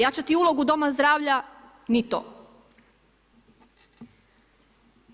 Jačati ulogu doma zdravlja, ni to.